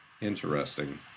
Interesting